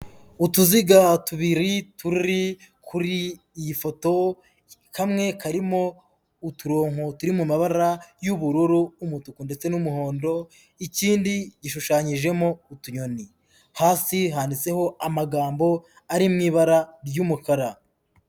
Utuziga tubiri turi kuri iyi foto, kamwe karimo uturongo turi mu mabara y'ubururu, umutuku ndetse n'umuhondo ikindi gishushanyijemo utunyoni, hasi handitseho amagambo ari mu ibara ry'umukara.